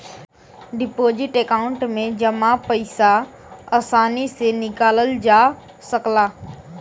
deposit account में जमा पइसा आसानी से निकालल जा सकला